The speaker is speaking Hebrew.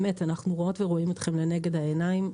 אנחנו רואות ורואים אתכם לנגד העיניים.